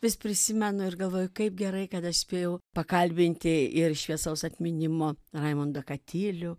vis prisimenu ir galvoju kaip gerai kada spėjau pakalbinti ir šviesaus atminimo raimundą katilių